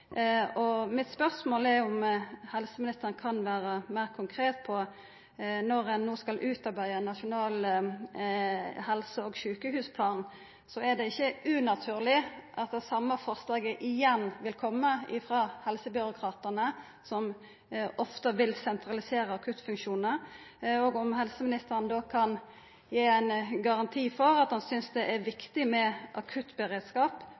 Mitt spørsmål er om helseministeren kan vera meir konkret: Når ein no skal utarbeida ein nasjonal helse- og sjukehusplan, er det ikkje unaturleg at det same forslaget igjen vil koma frå helsebyråkratane, som ofte vil sentralisera akuttfunksjonar. Kan helseministeren gi ein garanti for at han synest det er viktig med akuttberedskap